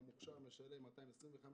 והמוכשר משלם 225,